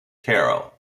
carol